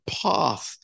path